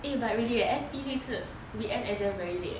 eh but really eh S_P six 是 we end exam very late eh